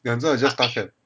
ya 这样你 just 搭 cab